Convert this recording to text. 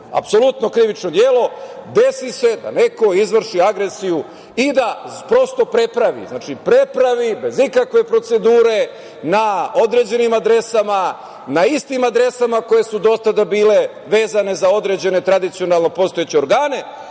apsolutno krivično delo, desi se da neko izvrši agresiju i da prosto prepravi, bez ikakve procedure, na određenim adresama, na istim adresama koje su do tada bile vezane za određene tradicionalno postojeće organe,